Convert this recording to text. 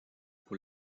pour